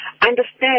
Understand